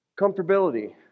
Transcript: comfortability